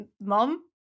mom